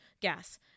gas